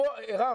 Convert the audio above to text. רם,